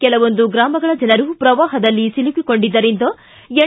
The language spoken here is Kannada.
ಕೆಲವೊಂದು ಗ್ರಾಮಗಳ ಜನರು ಪ್ರವಾಪದಲ್ಲಿ ಸಿಲುಕಿಕೊಂಡಿದ್ದರಿಂದ ಎನ್